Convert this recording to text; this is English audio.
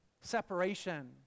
separation